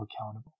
accountable